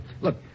Look